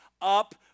up